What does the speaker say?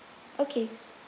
okay